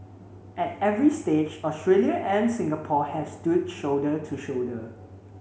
at every stage Australia and Singapore have stood shoulder to shoulder